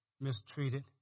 mistreated